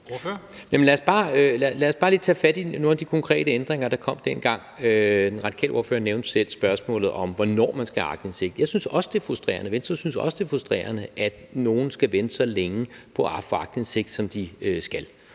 Lad os bare lige tage fat i nogle af de konkrete ændringer, der kom dengang. Den radikale ordfører nævnte selv spørgsmålet om, hvornår man skal have aktindsigt. Jeg synes også og Venstre synes også, det er frustrerende, at nogle skal vente så længe på at få aktindsigt, som de skal,